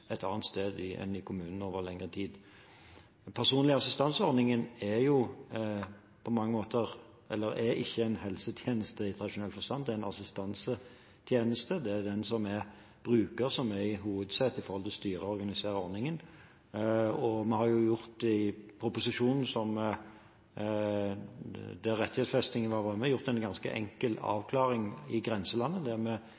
et annet sted enn i kommunen over lengre tid. Ordningen med personlig assistanse er ikke en helsetjeneste i tradisjonell forstand. Det er en assistansetjeneste. Det er den som er bruker, som er i hovedsetet når det gjelder å styre og organisere ordningen. I proposisjonen der rettighetsfestingen var med, har vi gjort en ganske enkel avklaring i grenselandet,